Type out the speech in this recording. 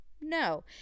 No